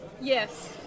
Yes